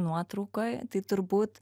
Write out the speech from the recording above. nuotraukoj tai turbūt